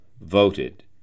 voted